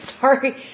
Sorry